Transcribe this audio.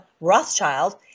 Rothschild